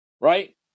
Right